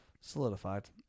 solidified